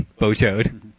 Bochoed